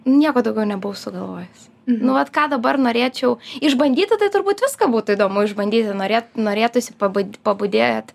nieko daugiau nebuvau sugalvojus nu vat ką dabar norėčiau išbandyti tai turbūt viską būtų įdomu išbandyti norėt norėtųsi pabu pabudėt